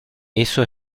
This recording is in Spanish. eso